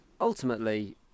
ultimately